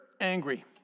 angry